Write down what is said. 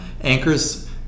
anchors